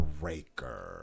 breaker